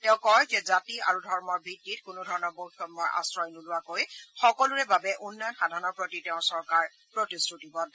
তেওঁ কয় যে জাতি আৰু ধৰ্মৰ ভিত্তিত কোনো ধৰণৰ বৈষম্যৰ আশ্ৰয় নোলোৱাকৈ সকলোৰে বাবে উন্নয়ন সাধনৰ প্ৰতি তেওঁৰ চৰকাৰ প্ৰতিশ্ৰুতিবদ্ধ